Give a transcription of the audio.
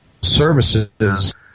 services